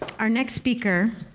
our next speaker,